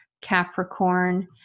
Capricorn